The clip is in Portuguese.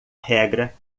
regra